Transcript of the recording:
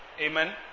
Amen